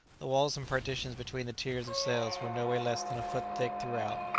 the walls and partitions between the tiers of cells were nowhere less than a foot thick throughout.